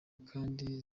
kandi